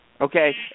okay